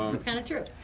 kind of true.